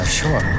sure